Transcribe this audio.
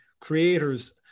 creators